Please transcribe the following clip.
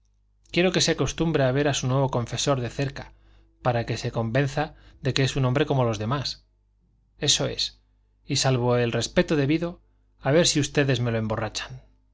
quiero que se acostumbre a ver a su nuevo confesor de cerca para que se convenza de que es un hombre como los demás eso es y salvo el respeto debido a ver si ustedes me lo emborrachan